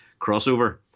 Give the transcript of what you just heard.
crossover